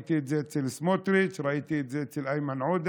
ראיתי את זה אצל סמוטריץ' וראיתי את זה אצל איימן עודה